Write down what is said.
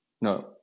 no